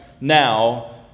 now